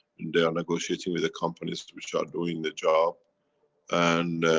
they are negotiating with the companies which are doing the job and.